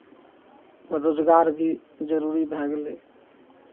रोजगार भी जरूरी भए गेलै